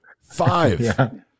Five